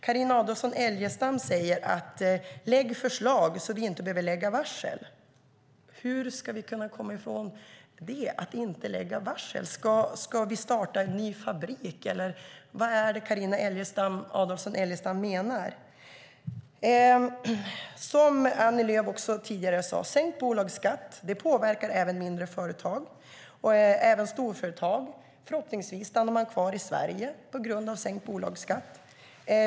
Carina Adolfsson Elgestam säger: Lägg förslag så det inte behöver läggas varsel. Hur ska vi kunna komma ifrån att inte lägga varsel? Ska vi starta en ny fabrik eller vad är det Carina Adolfsson Elgestam menar? Som Annie Lööf sade tidigare påverkar sänkt bolagsskatt både mindre företag och storföretag, som på grund av sänkt bolagsskatt förhoppningsvis stannar kvar i Sverige.